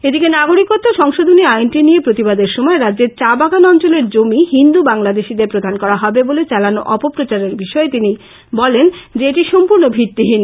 এদিকে নাগরিকত্ব সংশোধনী আইনটিয় নিয়ে প্রতিবাদের সময় রাজ্যের চাবাগন অঞ্চলে জমি হিন্দু বাংলাদেশীদের প্রদান করা হবে বলে চালানো অপপ্রচার বিষয়ে তিনি বলেন যে এটি সম্পূর্ণ ভিত্তিহীন